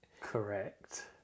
Correct